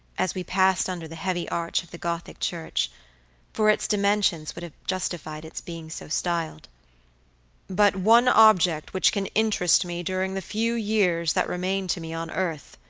as we passed under the heavy arch of the gothic church for its dimensions would have justified its being so styled but one object which can interest me during the few years that remain to me on earth,